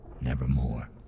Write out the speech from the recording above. Nevermore